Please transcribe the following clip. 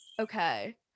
Okay